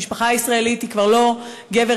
המשפחה הישראלית היא כבר לא גבר,